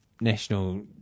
national